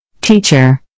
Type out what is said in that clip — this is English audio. Teacher